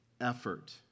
effort